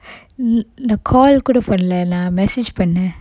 mm the call கூட பண்ணல நா:kooda pannala na message பண்ண:panna